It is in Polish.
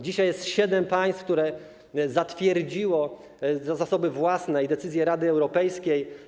Dzisiaj jest siedem państw, które zatwierdziły zasoby własne i decyzje Rady Europejskiej.